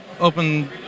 open